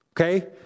okay